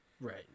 Right